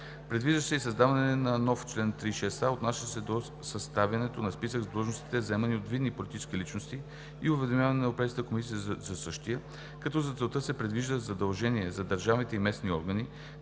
Предвижда се и създаването на нов чл. З6а, отнасящ се до съставянето на списък с длъжностите, заемани от видни политически личности, и уведомяване на Европейската комисия за същия, като за целта се предвижда задължение за държавните и местни органи,